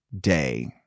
day